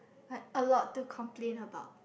like a lot to complain about